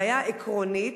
בעיה עקרונית,